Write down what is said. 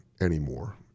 anymore